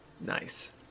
Nice